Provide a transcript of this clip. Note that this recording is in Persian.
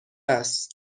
است